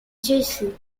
jersey